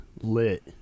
lit